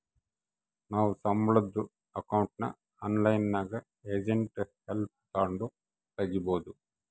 ನಾವು ಸಂಬುಳುದ್ ಅಕೌಂಟ್ನ ಆನ್ಲೈನ್ನಾಗೆ ಏಜೆಂಟ್ ಹೆಲ್ಪ್ ತಾಂಡು ತಗೀಬೋದು